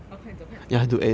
!wah! 快点走快点走快点走